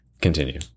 Continue